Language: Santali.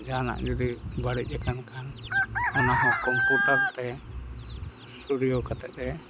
ᱡᱟᱦᱟᱱᱟᱜ ᱡᱩᱫᱤ ᱵᱟᱹᱲᱤᱡ ᱟᱠᱟᱱ ᱠᱷᱟᱱ ᱚᱱᱟᱦᱚᱸ ᱠᱚᱯᱩᱴᱟᱨᱛᱮ ᱥᱴᱩᱰᱤᱭᱳ ᱠᱟᱛᱮᱫ ᱮ